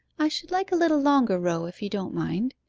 i should like a little longer row if you don't mind?